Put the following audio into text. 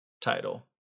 title